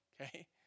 okay